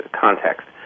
context